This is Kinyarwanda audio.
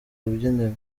rubyiniro